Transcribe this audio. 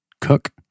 Cook